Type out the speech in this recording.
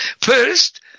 First